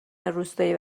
روستایی